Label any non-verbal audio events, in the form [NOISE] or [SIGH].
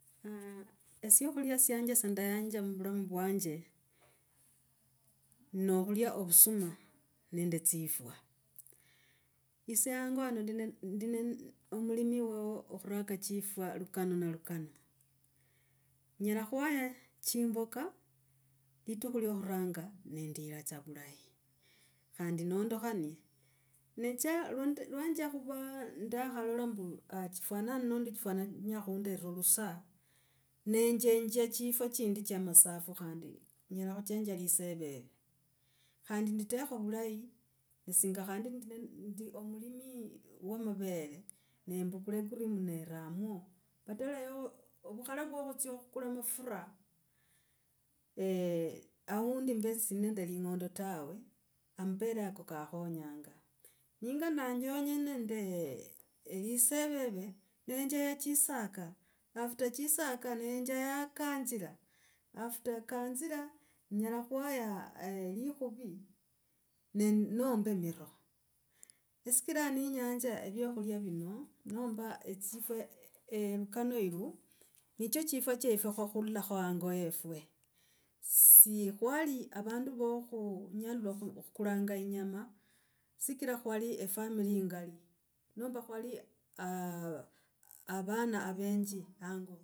[HESITATION] esyakhula syanje syandayanja muvulamu vwanje nokhulia ovusuma nende tsufwa, ise hango hano ndi nende omulimi wo, wokhuraka chifwa lukano na lukano, nyela khwaya chimboka, litukhu lyo khuranga ne ndira tsa vulahi. Khandi nondokhanie necha, nendya khuva nakholola mbu chifwana luno ndi chifwana luno ndii chenya khundela lusaa nenjenjia chifwa chindi cha masafu khandi nyela khuchenjia liseveve. Khandi litekha vulahi singa khandi ndi omulimi wa mavere. Nimbukula ecream neramo, patala ya, vukhala vwa khutsia khukula mafura, ee. Aundi mbe sindi nende ling’ondo tawe amavere ako kakhonyanga. Ninga ndanjonja nende liseveve, nenjaya chisaka. After chisaka, nanjaya kanzila after kanzila nyela khwaya likhuvi ne, nomba miroo, sichra nenyanza vyakhulya vino, nomba echifwa lukano olukano, nicho chifwa cha efwe khwakhula hango wefwe. Si khwali avandu vakhunyelwa khukula inyama sikira khwali efamily ingali nomba khwali avana venji hango.